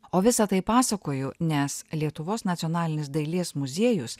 o visa tai pasakoju nes lietuvos nacionalinis dailės muziejus